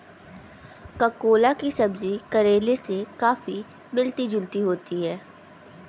ककोला की सब्जी करेले से काफी मिलती जुलती होती है